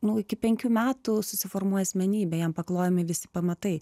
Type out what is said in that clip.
nu iki penkių metų susiformuoja asmenybė jam paklojami visi pamatai